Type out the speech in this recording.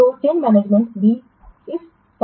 तो change management भी इस समय आवश्यक है